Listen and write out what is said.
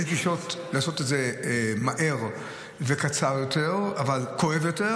יש גישה לעשות את זה מהר וקצר יותר אבל כואב יותר,